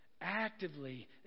actively